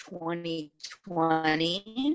2020